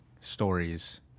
stories